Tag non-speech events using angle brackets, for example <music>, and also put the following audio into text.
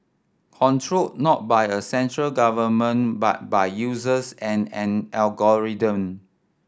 <unintelligible> not by a central government but by users and an algorithm